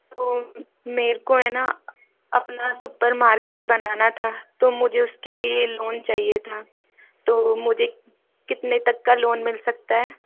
तो मेरे को है ना अपना सुपर मार्केट बनाना था तो मुझे उसके लिए लोन चाहिए था तो मुझे कितने तक का लोन मिल सकता है